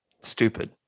stupid